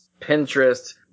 Pinterest